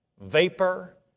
vapor